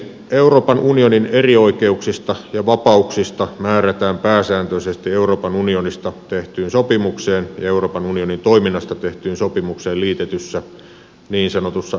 euroopan unionin erioikeuksista ja vapauksista määrätään pääsääntöisesti euroopan unionista tehtyyn sopimukseen ja euroopan unionin toiminnasta tehtyyn sopimukseen liitetyssä niin sanotussa erioikeuspöytäkirjassa